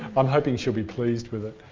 i'm hoping she'll be pleased with it.